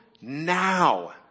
now